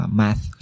math